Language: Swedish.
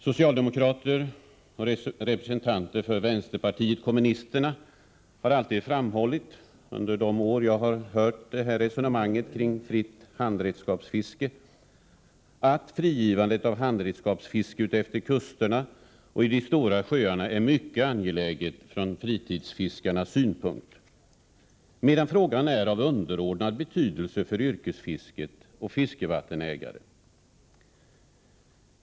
Socialdemokrater och representanter för vänsterpartiet kommunisterna har alltid — åtminstone under de år jag hört resonemanget om fritt handredskapsfiske — framhållit att frigivandet av handredskapsfisket utefter kusterna och i de stora sjöarna är mycket angeläget från fritidsfiskarnas synpunkt medan frågan är av underordnad betydelse för yrkesfisket och fiskevattensägarna.